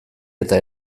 eta